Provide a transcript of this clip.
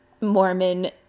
Mormon